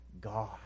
God